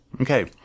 Okay